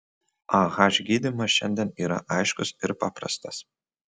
ah gydymas šiandien yra aiškus ir paprastas